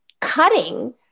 cutting